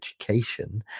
education